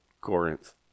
Corinth